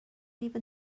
even